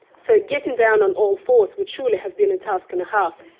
so getting down on all fours would surely have been a task and a half.